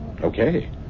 Okay